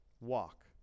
Walk